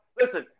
Listen